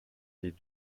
les